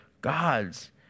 gods